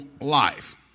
life